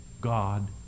God